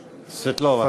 סבטלובה.